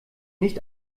nicht